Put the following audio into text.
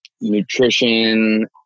nutrition